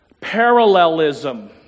parallelism